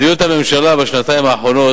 מדיניות הממשלה בשנתיים האחרונות,